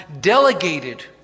delegated